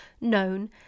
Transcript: known